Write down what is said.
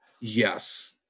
Yes